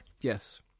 Yes